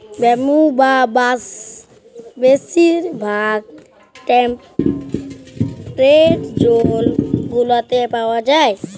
bamboo বা বাঁশ বেশির ভাগ টেম্পরেট জোল গুলাতে পাউয়া যায়